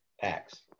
packs